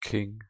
King